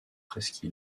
presque